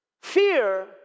Fear